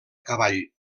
cavall